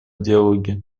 диалоге